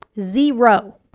Zero